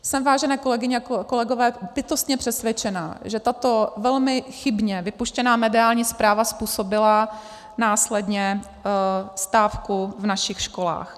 Jsem, vážené kolegyně a kolegové, bytostně přesvědčena, že tato velmi chybně vypuštěná mediální zpráva způsobila následně stávku v našich školách.